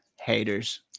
haters